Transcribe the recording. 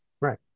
Right